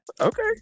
Okay